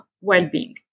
well-being